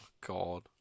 god